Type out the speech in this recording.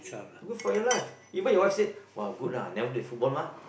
good for your life even your wife said !wah! good lah never play football mah